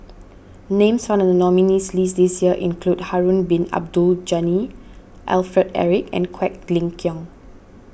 names found in the nominees' list this year include Harun Bin Abdul Ghani Alfred Eric and Quek Ling Kiong